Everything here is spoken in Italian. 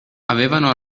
avevano